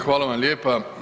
Hvala vam lijepa.